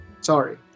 Sorry